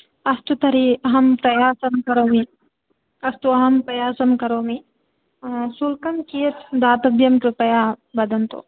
अस्तु तर्हि अहं प्रयासं करोमि अस्तु अहं प्रयासं करोमि शुल्कं कियत् दातव्यं कृपया वदन्तु